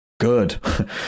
good